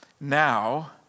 now